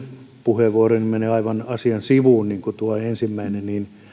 puheenvuoroni mene aivan asian sivuun niin kuin tuo ensimmäinen niin